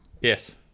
Yes